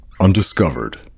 Undiscovered